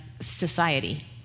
society